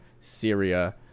Syria